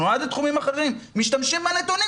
הוא נועד לתחומים אחרים ומשתמשים בנתונים